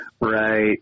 right